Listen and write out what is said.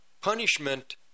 punishment